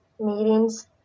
meetings